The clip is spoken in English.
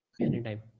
Anytime